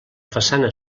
façana